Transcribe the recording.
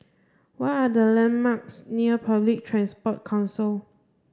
what are the landmarks near Public Transport Council